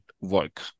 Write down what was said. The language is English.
work